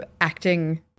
acting